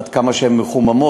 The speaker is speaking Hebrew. עד כמה שהן מחוממות,